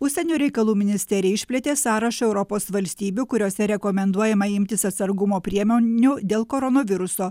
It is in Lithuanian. užsienio reikalų ministerija išplėtė sąrašą europos valstybių kuriose rekomenduojama imtis atsargumo priemonių dėl koronaviruso